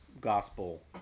gospel